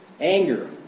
Anger